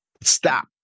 stop